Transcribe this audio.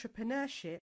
entrepreneurship